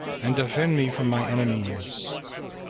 and defend me from my enemies,